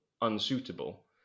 unsuitable